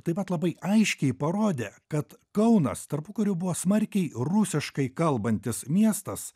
taip pat labai aiškiai parodė kad kaunas tarpukariu buvo smarkiai rusiškai kalbantis miestas